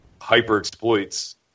hyper-exploits